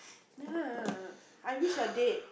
ya I wish you're dead